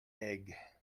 egg